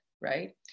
right